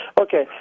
Okay